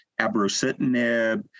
abrocitinib